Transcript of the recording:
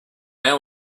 hour